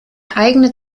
eigene